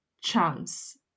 chance